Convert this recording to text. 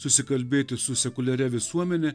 susikalbėti su sekuliaria visuomene